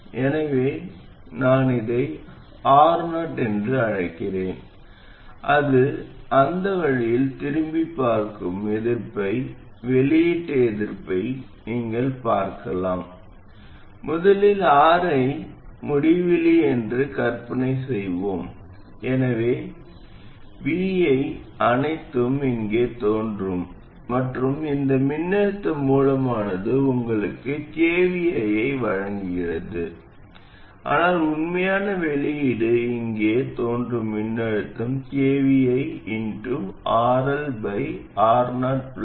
எனவே நான் இதை Ro என்று அழைக்கிறேன் அது அந்த வழியில் திரும்பிப் பார்க்கும் எதிர்ப்பை வெளியீட்டு எதிர்ப்பை நீங்கள் பார்க்கலாம் முதலில் Ri முடிவிலி என்று கற்பனை செய்வோம் எனவே Vi அனைத்தும் இங்கே தோன்றும் மற்றும் இந்த மின்னழுத்த மூலமானது உங்களுக்கு kvi ஐ வழங்குகிறது ஆனால் உண்மையான வெளியீடு இங்கே தோன்றும் மின்னழுத்தம் kviRLRoRL